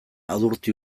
adurti